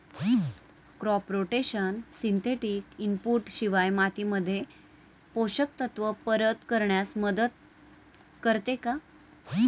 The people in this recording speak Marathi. क्रॉप रोटेशन सिंथेटिक इनपुट शिवाय मातीमध्ये पोषक तत्त्व परत करण्यास मदत करते का?